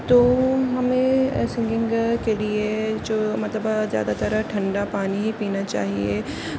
تو ہمیں سنگنگ کے لیے جو مطلب زیادہ تر ٹھنڈا پانی ہی پینا چاہیے